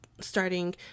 starting